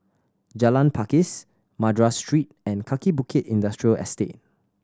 Jalan Pakis Madras Street and Kaki Bukit Industrial Estate